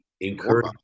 encourage